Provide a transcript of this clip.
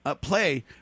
play